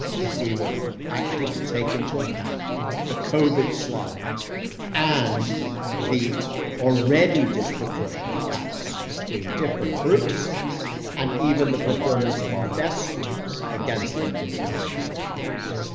if we were actually to take into account the covid slide and the already disproportionate gaps between different groups and even the performance of our best students against their international peers.